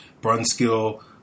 Brunskill